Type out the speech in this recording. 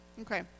Okay